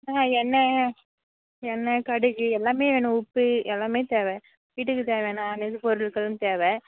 இல்லைங்க எண்ணெ எண்ணெ கடுகு எல்லாமே வேணும் உப்பு எல்லாமே தேவை வீட்டுக்கு தேவையான அனைத்து பொருட்களும் தேவை